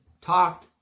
talked